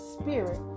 spirit